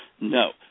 No